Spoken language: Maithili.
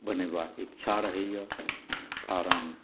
बनेबाक इच्छा रहैए कारण